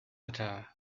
culture